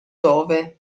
dove